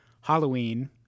Halloween